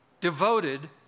devoted